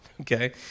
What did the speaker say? okay